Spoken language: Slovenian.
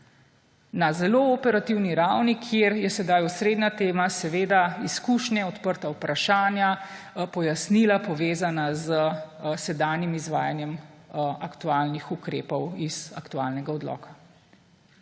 Na zelo operativni ravni, kjer je sedaj osrednja tema seveda izkušnje, odprta vprašanja, pojasnila, povezana s sedanjim izvajanjem aktualnih ukrepov iz aktualnega odloka.